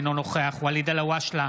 אינו נוכח ואליד אלהואשלה,